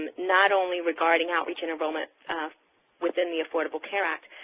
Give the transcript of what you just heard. not only regarding outreach and enrollment within the affordable care act,